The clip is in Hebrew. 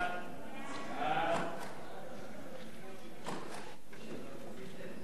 סעיפים 1 5 נתקבלו.